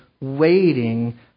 waiting